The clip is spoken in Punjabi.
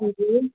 ਹਾਂਜੀ